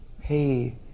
hey